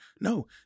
No